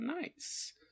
nice